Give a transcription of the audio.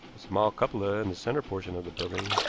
a small cupola in the central portion of the building,